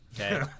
Okay